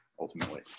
ultimately